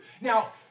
Now